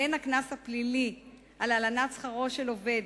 והן הקנס הפלילי על הלנת שכרו של עובד